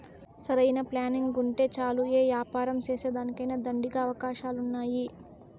సరైన ప్లానింగుంటే చాలు యే యాపారం సేసేదానికైనా దండిగా అవకాశాలున్నాయి